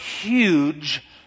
huge